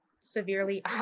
severely